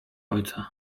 ojca